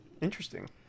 Interesting